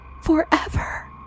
forever